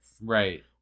right